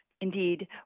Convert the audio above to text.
Indeed